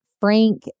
Frank